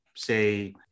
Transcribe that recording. say